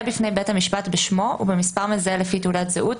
בפני בית המשפט בשמו ובמספר מזהה לפי תעודת זהות,